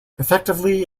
effectively